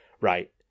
right